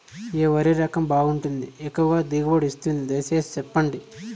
ఏ వరి రకం బాగుంటుంది, ఎక్కువగా దిగుబడి ఇస్తుంది దయసేసి చెప్పండి?